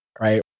right